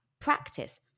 Practice